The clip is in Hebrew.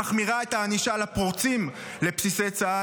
שמחמירה את הענישה לפורצים לבסיסי צה"ל,